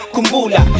Kumbula